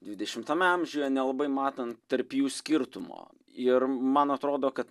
dvidešimtame amžiuje nelabai matant tarp jų skirtumo ir man atrodo kad